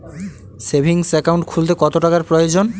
Savings account খুলতে কত টাকার প্রয়োজন?